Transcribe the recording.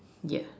yes